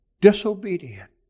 disobedient